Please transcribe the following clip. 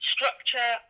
Structure